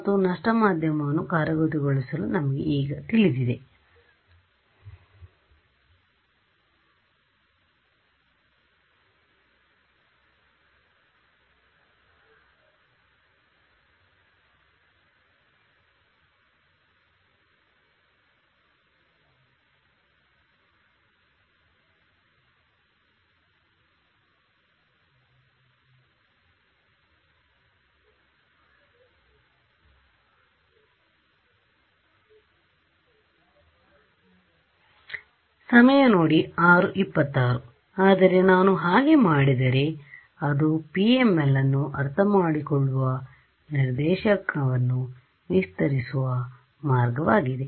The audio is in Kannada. ಮತ್ತು ನಷ್ಟಮಾಧ್ಯಮವನ್ನು ಕಾರ್ಯಗತಗೊಳಿಸಾಲು ನಮಗೆ ಈಗಾಗಲೇ ತಿಳಿದಿದೆ ಹೌದು ಆದರೆ ನಾನು ಹಾಗೆ ಮಾಡಿದರೆ ಅದು PML ಅನ್ನು ಅರ್ಥಮಾಡಿಕೊಳ್ಳುವ ಈ ನಿರ್ದೇಶಾಂಕವನ್ನು ವಿಸ್ತರಿಸುವ ಮಾರ್ಗವಾಗಿದೆ